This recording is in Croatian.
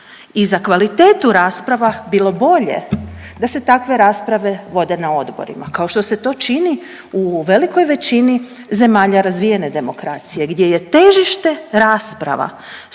i za kvalitetu rasprava bilo bolje da se takve rasprave vode na odborima kao što se to čini u velikoj većini zemalja razvijene demokracije gdje je težište rasprava,